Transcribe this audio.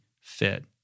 fit